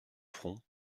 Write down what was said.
front